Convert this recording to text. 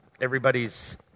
everybody's